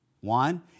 One